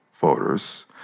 voters